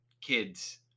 kids